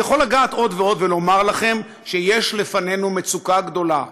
אני יכול לגעת עוד ועוד ולומר לכם שיש לפנינו מצוקה גדולה.